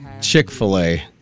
Chick-fil-A